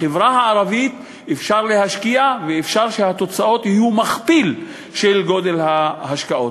בחברה הערבית אפשר להשקיע ואפשר שהתוצאות יהיו מכפיל של גודל ההשקעות,